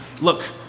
look